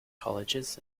colleges